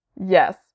Yes